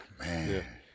Man